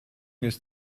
ist